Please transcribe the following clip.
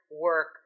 work